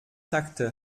takte